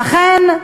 אכן,